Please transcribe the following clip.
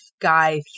Guy